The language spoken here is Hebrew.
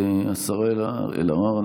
השרה אלהרר,